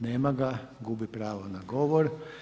Nema ga, gubi pravo na govor.